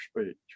speech